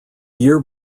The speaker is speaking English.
year